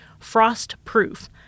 Frostproof